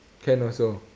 can also